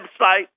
website